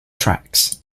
tracks